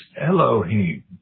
Elohim